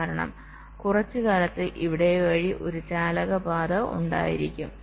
കാരണം കുറച്ചു കാലത്തേക്ക് ഇവിടെ വഴി ഒരു ചാലക പാത ഉണ്ടാകും